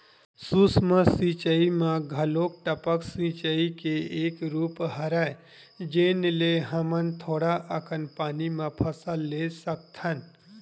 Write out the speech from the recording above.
सूक्ष्म सिचई म घलोक टपक सिचई के एक रूप हरय जेन ले हमन थोड़ा अकन पानी म फसल ले सकथन